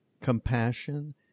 compassion